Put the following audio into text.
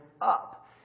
up